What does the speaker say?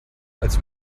als